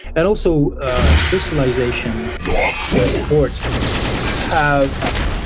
and also specialization in sports have